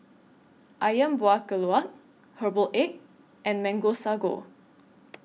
Ayam Buah Keluak Herbal Egg and Mango Sago